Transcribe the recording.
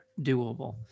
doable